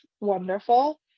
wonderful